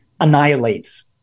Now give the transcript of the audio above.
annihilates